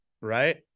Right